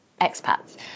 expats